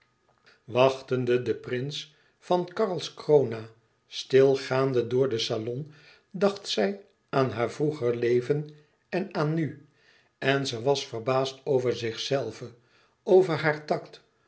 wachtende den prins van karlskrona stil gaande door den salon dacht zij aan haar vroeger leven en aan nu en ze was verbaasd over zichzelve over haar tact